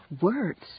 words